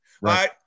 right